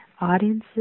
audiences